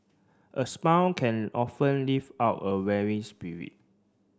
a smile can often lift up a weary spirit